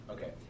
Okay